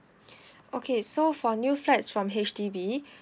okay so for new flats from H_D_B